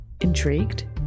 Intrigued